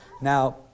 Now